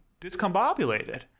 discombobulated